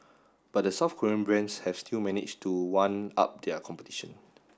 but the South Korean brands have still managed to one up their competition